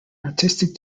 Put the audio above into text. artistic